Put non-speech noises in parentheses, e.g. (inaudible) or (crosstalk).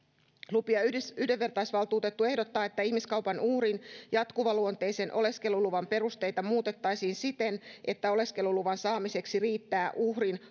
yhdenvertaisuusvaltuutettu ehdottaa että ihmiskaupan uhrin jatkuvaluonteisen oleskeluluvan perusteita muutettaisiin siten että oleskeluluvan saamiseksi riittää uhrin (unintelligible)